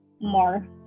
more